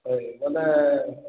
ହଏ ବୋଲେ